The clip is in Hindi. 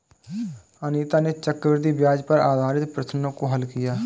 अनीता ने चक्रवृद्धि ब्याज पर आधारित प्रश्नों को हल किया